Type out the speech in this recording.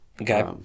okay